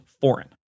foreign